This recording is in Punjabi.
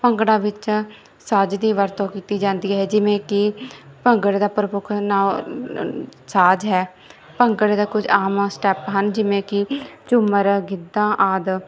ਭੰਗੜੇ ਵਿੱਚ ਸਾਜ ਦੀ ਵਰਤੋਂ ਕੀਤੀ ਜਾਂਦੀ ਹੈ ਜਿਵੇਂ ਕਿ ਭੰਗੜੇ ਦਾ ਪ੍ਰਮੁੱਖ ਨਾ ਸਾਜ ਹੈ ਭੰਗੜੇ ਦੇ ਕੁਝ ਆਮ ਸਟੈਪ ਹਨ ਜਿਵੇਂ ਕਿ ਝੁੰਮਰ ਗਿੱਧਾ ਆਦਿ